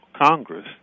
Congress